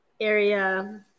area